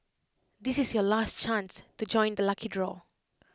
this is your last chance to join the lucky draw